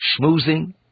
schmoozing